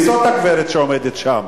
מי זו הגברת שעומדת שם?